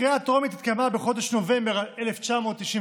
הקריאה הטרומית התקיימה בחודש נובמבר 1999,